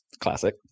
Classic